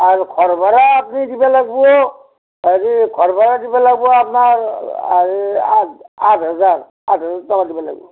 আৰু ঘৰ ভাড়া আপুনি দিব লাগিব হেৰি ঘৰ ভাড়া দিব লাগিব আপোনাৰ আঠ আঠ হাজাৰ আঠ হাজাৰ টকা দিব লাগিব